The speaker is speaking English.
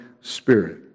Spirit